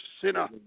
sinner